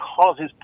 causes